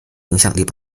影响力